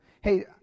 Hey